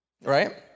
Right